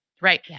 right